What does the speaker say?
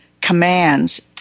commands